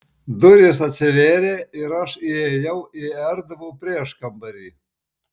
durys atsivėrė ir aš įėjau į erdvų prieškambarį